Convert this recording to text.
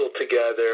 together